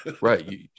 Right